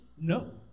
No